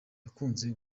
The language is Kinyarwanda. yakunze